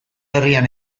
herrian